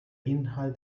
inhalt